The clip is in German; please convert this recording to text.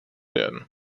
werden